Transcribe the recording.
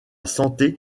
santé